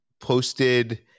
posted